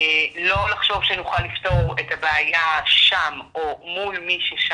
לא לחשוב שנוכל לפתור את הבעיה שם או מול מי ששם.